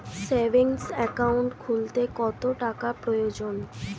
Savings account খুলতে কত টাকার প্রয়োজন?